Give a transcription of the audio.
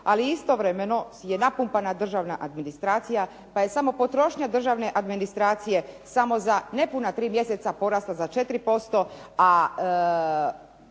Ali istovremeno je napumpana državna administracija, pa je samo potrošnja državne administracije, samo za nepuna 3 mjeseca porasla za 4%,